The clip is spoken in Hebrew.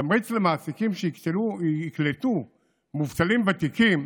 תמריץ למעסיקים שיקלטו מובטלים ותיקים.